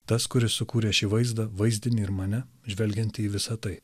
tas kuris sukūrė šį vaizdą vaizdinį ir mane žvelgiant į visa tai